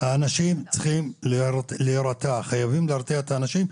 חייבים להרתיע את האנשים,